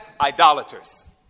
idolaters